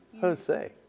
Jose